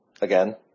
again